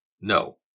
No